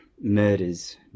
murders